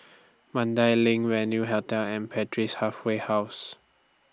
Mandai LINK Venue Hotel and Halfway House